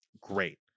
Great